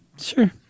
Sure